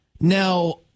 Now